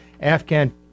Afghan